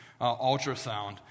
ultrasound